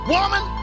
Woman